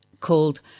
called